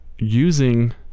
using